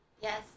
Yes